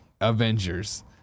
Avengers